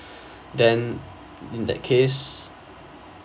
then in that case